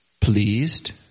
Pleased